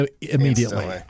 immediately